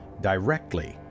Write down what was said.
directly